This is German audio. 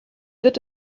wird